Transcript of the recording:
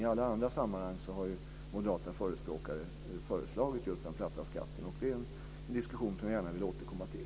I alla andra sammanhang har moderaterna föreslagit just en platt skatt. Det är en diskussion som jag gärna vill återkomma till.